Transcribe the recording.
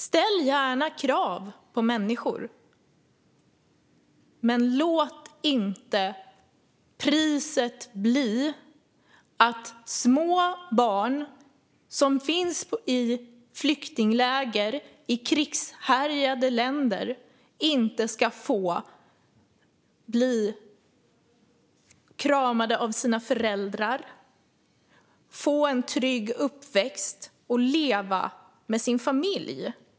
Ställ gärna krav på människor, men låt inte priset bli att små barn som finns i flyktingläger i krigshärjade länder inte ska få bli kramade av sina föräldrar, få en trygg uppväxt och leva med sin familj.